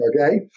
Okay